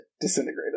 disintegrated